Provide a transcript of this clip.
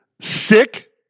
sick